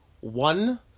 one